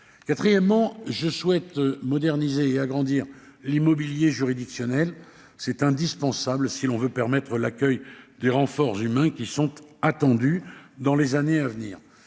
Quatrièmement, je souhaite moderniser et agrandir l'immobilier juridictionnel. C'est indispensable si l'on veut accueillir les renforts humains qui sont attendus dans les années à venir.